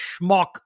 schmuck